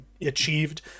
achieved